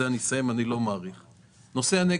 הנגב: